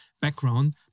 background